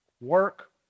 work